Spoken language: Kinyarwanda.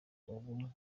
ubu